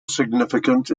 significant